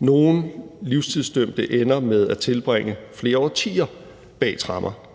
Nogle livstidsdømte ender med at tilbringe flere årtier bag tremmer,